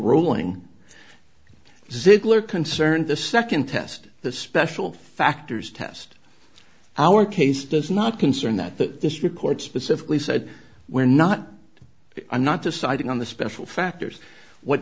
ziggler concerned the second test the special factors test our case does not concern that the district court specifically said we're not i'm not deciding on the special factors what